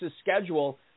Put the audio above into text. schedule